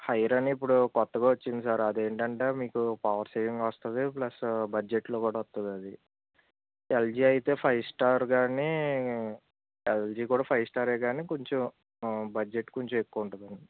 hire అని ఇప్పుడు కొత్తగా వచ్చింది సార్ అది ఏంటంటే మీకు పవర్ సేవింగ్ వస్తుంది ప్లస్ బడ్జెట్లో కూడా వస్తుంది అది ఎల్జీ అయితే ఫైవ్ స్టార్ కానీ ఎల్జీ కూడా ఫైవ్ స్టార్ కానీ కొంచెం బడ్జెట్ కొంచెం ఎక్కువ ఉంటుంది